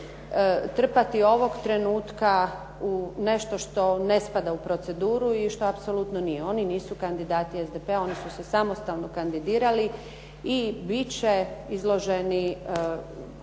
trpati ovog trenutka u nešto što ne spada u proceduru i što apsolutno nije. Oni nisu kandidati SDP-a oni su se samostalno kandidirali i bit će izloženi